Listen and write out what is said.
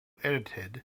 edited